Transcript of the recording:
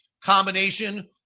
combination